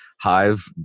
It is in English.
Hive